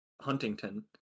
Huntington